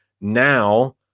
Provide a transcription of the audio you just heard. Now